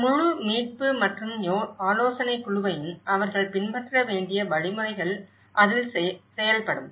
இந்த முழு மீட்பு மற்றும் ஆலோசனைக் குழுவையும் அவர்கள் பின்பற்ற வேண்டிய வழிமுறைகள் அதில் செயல்படும்